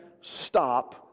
stop